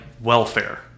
welfare